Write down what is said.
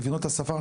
מבינות את השפה,